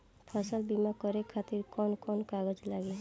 फसल बीमा करे खातिर कवन कवन कागज लागी?